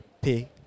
pay